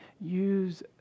use